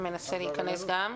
מנסה להיכנס.